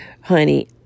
honey